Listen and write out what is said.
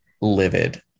livid